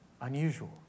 Unusual